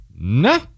Nah